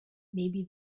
maybe